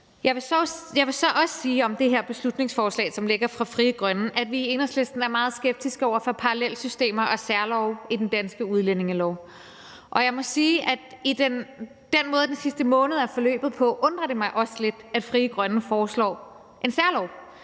Jeg vil så også sige om det her beslutningsforslag fra Frie Grønne, at vi i Enhedslisten er meget skeptiske over for parallelsystemer og særlove i den danske udlændingelov, og jeg må sige, at med den måde, den sidste måned er forløbet på, undrer det mig også lidt, at Frie Grønne foreslår en særlov,